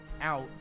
out